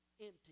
empty